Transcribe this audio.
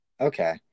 Okay